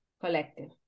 collective